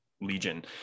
legion